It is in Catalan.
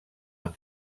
amb